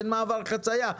אין מעבר חציה,